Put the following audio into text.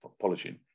polishing